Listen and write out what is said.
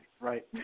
right